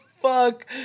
fuck